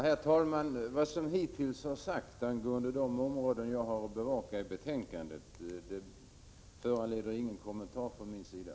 Herr talman! Vad som hittills har sagts beträffande de områden i betänkandet som jag har att bevaka föranleder ingen kommentar från min sida.